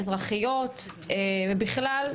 אזרחיות ובכלל,